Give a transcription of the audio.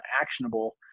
actionable